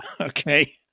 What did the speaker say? Okay